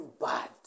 bad